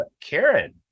Karen